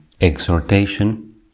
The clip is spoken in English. exhortation